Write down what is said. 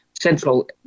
central